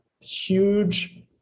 huge